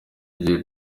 gihe